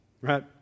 Right